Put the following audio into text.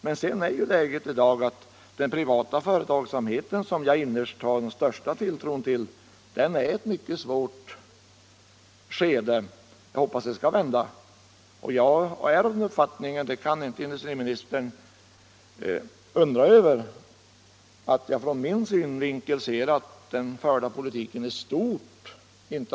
Men sedan är ju läget i dag att den privata företagsamheten, som jag innerst har den största tilltron till, befinner sig i ett mycket svårt skede. Jag hoppas utvecklingen skall vända. Och jag är av den uppfattningen —- det kan industriministern inte undra över — att den förda politiken i stort sett inte har varit nog förutseende.